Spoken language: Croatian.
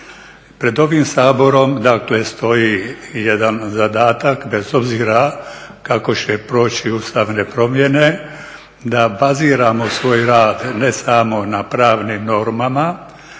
Pred ovim Saborom dakle stoji jedan zadatak bez obzira kako će proći ustavne promjene, da baziramo svoj rad ne samo na pravnim normama